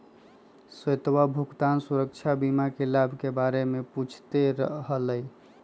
श्वेतवा भुगतान सुरक्षा बीमा के लाभ के बारे में पूछते हलय